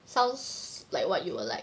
sounds like what you will like